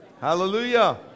Hallelujah